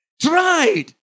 tried